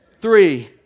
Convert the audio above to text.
three